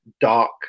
dark